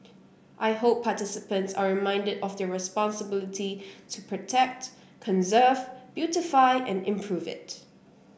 I hope participants are reminded of their responsibility to protect conserve beautify and improve it